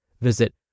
Visit